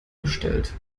gestellt